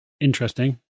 Interesting